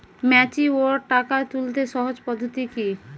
Mature টাকা তুলতে সহজ পদ্ধতি কি?